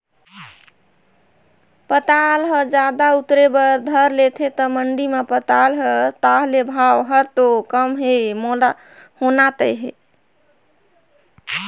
पताल ह जादा उतरे बर धर लेथे त मंडी मे पताल हर ताह ले भाव हर तो कम ह होना तय हे